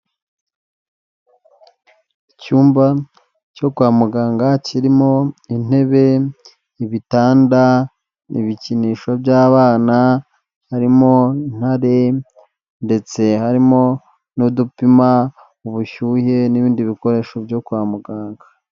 Icyumba cyo kwa muganga kirimo intebe ibitanda, ibikinisho by'abana, harimo intare ndetse harimo n'udupima ubushyuhe n'ibindi bikoresho byo kwa muganga.